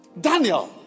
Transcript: Daniel